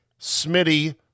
Smitty